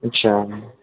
अच्छा